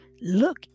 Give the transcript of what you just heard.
Look